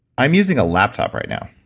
i'm using a laptop right now,